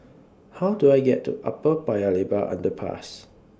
How Do I get to Upper Paya Lebar Underpass